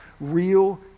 real